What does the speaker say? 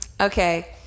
Okay